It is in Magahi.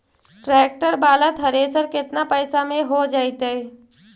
ट्रैक्टर बाला थरेसर केतना पैसा में हो जैतै?